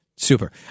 Super